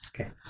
Okay